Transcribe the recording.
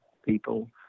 people